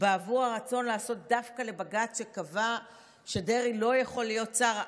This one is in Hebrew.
עבור הרצון לעשות דווקא לבג"ץ שקבע שדרעי לא יכול להיות שר,